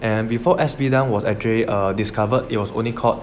and before S_B dunk was actually err discovered it was only called